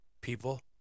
people